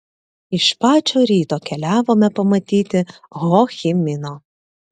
iš pačio ryto keliavome pamatyti ho chi mino